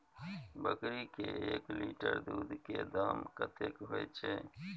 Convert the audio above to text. बकरी के एक लीटर दूध के दाम कतेक होय छै?